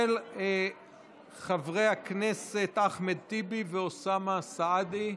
של חברי הכנסת אחמד טיבי ואוסאמה סעדי.